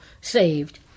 saved